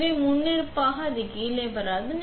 எனவே முன்னிருப்பாக இது கீழே வராது